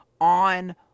on